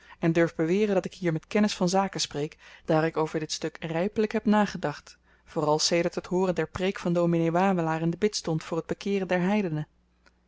en durf beweren dat ik hier met kennis van zaken spreek daar ik over dit stuk rypelyk heb nagedacht vooral sedert het hooren der preek van dominee wawelaar in den bidstond voor t bekeeren der